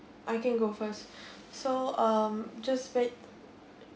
I can go first so um just back